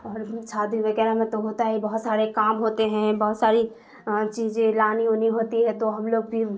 اور شادی وغیرہ میں تو ہوتا ہی بہت سارے کام ہوتے ہیں بہت ساری چیزیں لانی وانی ہوتی ہے تو ہم لوگ بھی